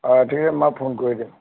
অঁ ঠিক আছে মই ফোন কৰি দিম